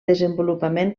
desenvolupament